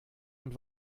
und